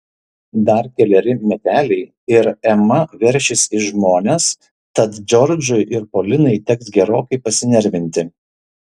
dar keleri meteliai ir ema veršis į žmones tad džordžui ir polinai teks gerokai pasinervinti